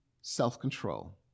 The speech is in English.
self-control